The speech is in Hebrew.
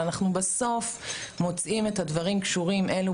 אנחנו בסוף מוצאים את הדברים קשורים אלו